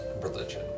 religion